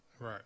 Right